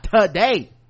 today